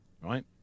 right